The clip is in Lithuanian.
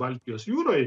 baltijos jūroj